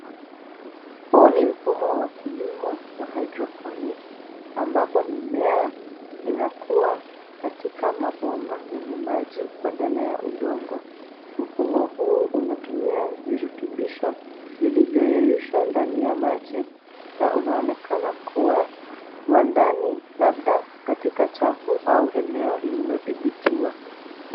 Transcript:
Huu ni mfumo WA kilimowa [c s]hydrophonic ambapo mimea inakuag katika mabomba yenye maji badala ya udongo. Mfumo huu unatumia virutubisho vilivyoyeyushwa ndani ya maji na inaonekana kuwa WA ndani labda katika chafu au eneo lililothibithiwa